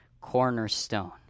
cornerstone